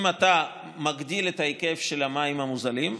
אם אתה מגדיל את ההיקף של המים המוזלים,